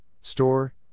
store